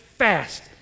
fast